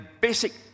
basic